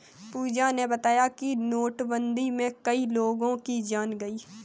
पूजा ने बताया कि नोटबंदी में कई लोगों की जान गई